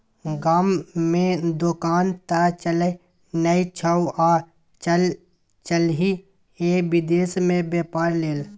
गाममे दोकान त चलय नै छौ आ चललही ये विदेश मे बेपार लेल